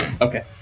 Okay